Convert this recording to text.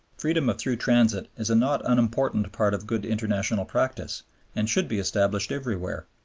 freedom of through transit is a not unimportant part of good international practice and should be established everywhere.